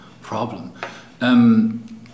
problem